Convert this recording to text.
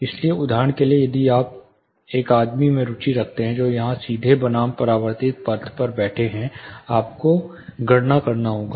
इसलिए उदाहरण के लिए यदि आप यहां एक आदमी में रुचि रखते हैं तो यहां पर सीधे पथ बनाम परावर्तित पथ पर बैठे आपको गणना करना होगा